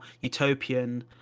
utopian